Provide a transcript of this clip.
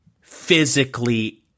physically